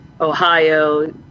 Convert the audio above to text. Ohio